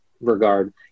regard